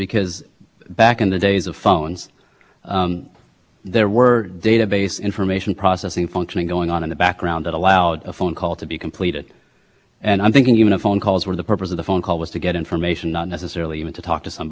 phone call to be completed and i'm thinking even a phone calls where the purpose of the phone call was to get information not necessarily even to talk to somebody so there used to be i just happen to know this is force information hotline nine zero nine seven six one three one three i think you could call that